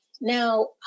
Now